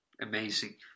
amazing